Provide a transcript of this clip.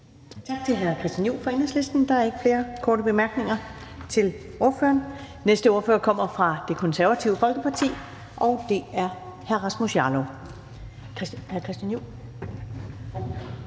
Tak til hr. Christian Juhl fra Enhedslisten. Der er ikke flere korte bemærkninger til ordføreren. Den næste ordfører kommer fra Det Konservative Folkeparti, og det er hr. Rasmus Jarlov.